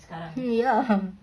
hmm ya